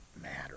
matter